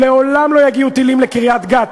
לעולם לא יגיעו טילים לקריית-גת,